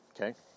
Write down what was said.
okay